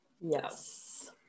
Yes